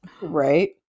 Right